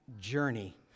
journey